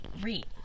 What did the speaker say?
read